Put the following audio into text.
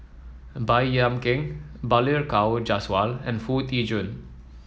Baey Yam Keng Balli Kaur Jaswal and Foo Tee Jun